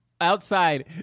Outside